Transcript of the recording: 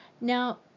Now